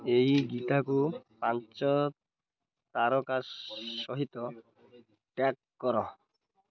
ଏହି ଗୀତକୁ ପାଞ୍ଚ ତାରକା ସହିତ ଟ୍ୟାଗ୍ କର